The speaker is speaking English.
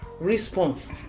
response